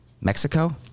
Mexico